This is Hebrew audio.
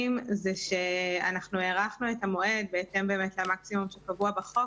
המועדים שאנחנו הארכנו את המועד בהתאם למקסימום הקבוע בחוק